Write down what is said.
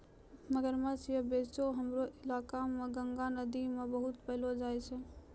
मगरमच्छ या बोचो हमरो इलाका मॅ गंगा नदी मॅ बहुत पैलो जाय छै